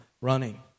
running